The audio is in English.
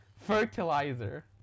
fertilizer